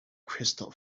crystal